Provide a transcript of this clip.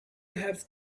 have